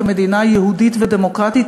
כמדינה יהודית ודמוקרטית,